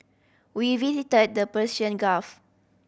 we visited the Persian Gulf